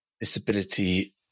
disability